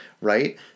right